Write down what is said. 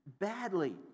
badly